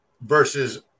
versus